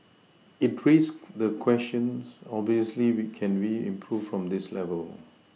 it raises the question obviously can we improve from this level